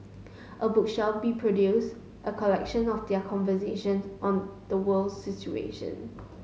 a book shall be produced a collection of their conversations on the world's situation